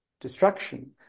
destruction